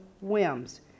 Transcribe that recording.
whims